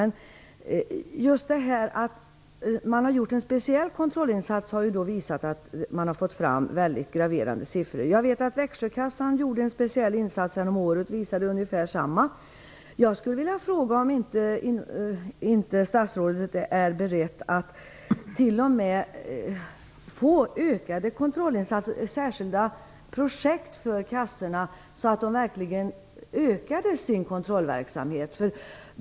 När man nu har gjort en speciell kontrollinsats har det visat sig att man har fått fram mycket graverande siffror. Jag vet att Växjökassan gjorde en speciell insats häromåret, som visade ungefär samma resultat. Jag skulle vilja fråga om inte statsrådet är beredd t.o.m. till särskilda projekt för kassorna med ökade kontrollinsatser, så att de verkligen ökade sin kontrollverksamhet.